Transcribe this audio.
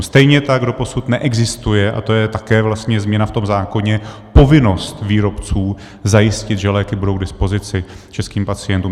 Stejně tak doposud neexistuje, a to je také vlastně změna v tom zákoně, povinnost výrobců zajistit, že léky budou k dispozici českým pacientům.